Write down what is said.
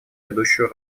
ведущую